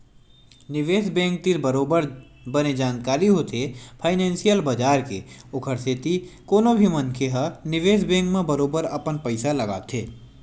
निवेस बेंक तीर बरोबर बने जानकारी होथे फानेंसियल बजार के ओखर सेती कोनो भी मनखे ह निवेस बेंक म बरोबर अपन पइसा लगाथे